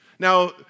Now